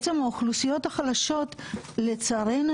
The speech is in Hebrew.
האוכלוסיות החלשות לצערנו,